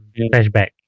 flashback